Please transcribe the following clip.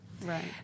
Right